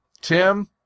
Tim